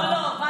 לא, לא.